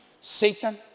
Satan